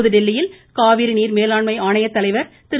புதுதில்லியில் காவிரி நீர்மேலாண்மை ஆணையத்தலைவர் திரு